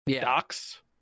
Docs